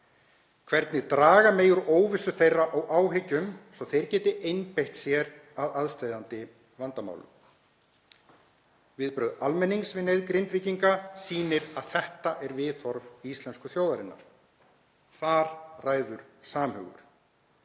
hvernig draga megi úr óvissu þeirra og áhyggjum svo þeir geti einbeitt sér að aðsteðjandi vandamálum. Viðbrögð almennings við neyð Grindvíkinga sýna að þetta er viðhorf íslensku þjóðarinnar. Þar ræður samhugur.